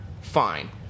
fine